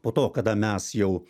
po to kada mes jau